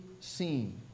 seen